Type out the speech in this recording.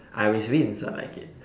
I always win so I like it